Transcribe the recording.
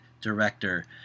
director